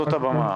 זו הבמה.